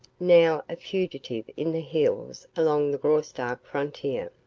now a fugitive in the hills along the graustark frontier